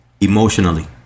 emotionally